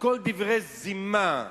הכול דברי זימה.